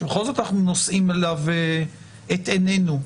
שבכל זאת אנחנו נושאים אליו את עינינו,